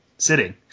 sitting